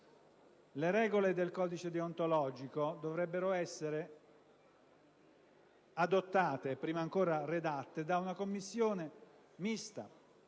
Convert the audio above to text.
Le regole del codice deontologico dovrebbero essere adottate, e prima ancora redatte, da una commissione mista,